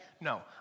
No